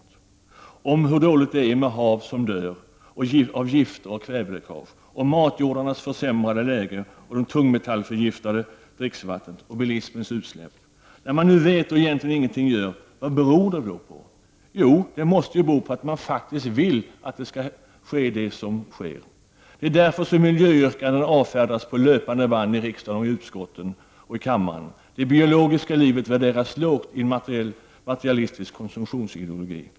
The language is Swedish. Det finns kunskaper om hur dåligt ställt det är när haven dör av gifter och kväveläckage, om matjordarnas försämrade läge, om det tungmetallsförgiftade dricksvattnet och om bilismens utsläpp. När man nu vet detta och egentligen ingenting gör, vad beror det då på? Det måste ju bero på att man faktiskt vill att det som sker skall ske. Det är därför som miljöyrkanden avfärdas på löpande band i utskotten och i kammaren. Det biologiska livet värderas lågt i en materialistisk konsumtionsideologi.